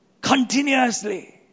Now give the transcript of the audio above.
continuously